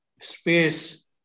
space